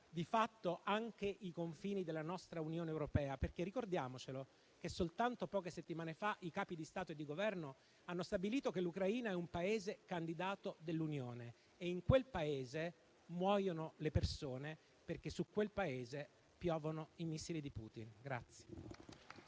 di fatto anche i confini della nostra Unione europea, perché dobbiamo ricordare che soltanto poche settimane fa i Capi di Stato e di Governo hanno stabilito che l'Ucraina è un Paese candidato dell'Unione e in quel Paese muoiono le persone, perché su quel Paese piovono i missili di Putin.